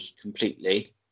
completely